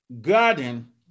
garden